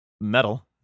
Metal